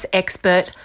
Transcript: expert